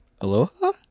Aloha